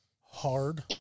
hard